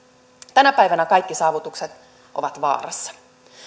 tänä päivänä kaikki saavutukset ovat vaarassa